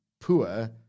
poor